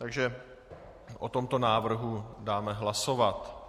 Takže o tomto návrhu dáme hlasovat.